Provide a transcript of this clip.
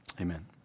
amen